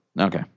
okay